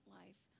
life